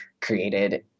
created